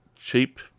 cheap